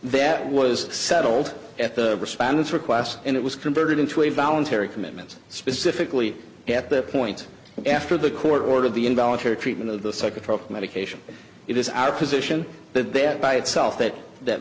that was settled at the respondents request and it was converted into a voluntary commitment specifically at that point after the court ordered the involuntary treatment of the psychotherapist medication it is our position that that by itself that that